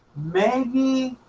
maybe